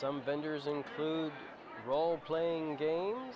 some vendors include roleplaying game